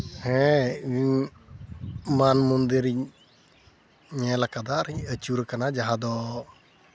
ᱦᱮᱸ ᱤᱧ ᱢᱟᱱ ᱢᱚᱱᱫᱤᱨᱤᱧ ᱧᱮᱞ ᱠᱟᱫᱟ ᱟᱨ ᱤᱧ ᱟᱹᱪᱩᱨ ᱠᱟᱱᱟ ᱡᱟᱦᱟᱸ ᱫᱚ